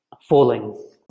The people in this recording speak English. Falling